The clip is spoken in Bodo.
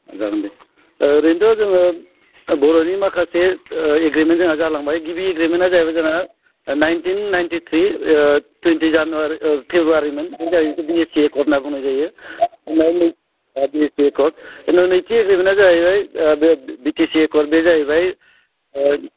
जागोन दे ओरैनोथ' जोङो बर'नि माखासे एग्रिमेन्ट जोंहा जालांबाय गिबि एग्रिमेन्टआ जाहैबाय जोंहा नाइनटिन नाइटिथ्रि थुइनथि जानुवारि फेब्रुवारिमोन बे जाहैबाय बिएसि एकर्ड होनना बुंनाय जायो बिएसि एकर्ड उनाव नैथि एग्रिमेन्टआ जाहैबाय बे बिटिसि एकर्ड बे जाहैबाय